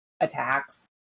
attacks